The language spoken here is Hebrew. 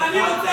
אני רוצה,